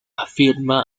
afirma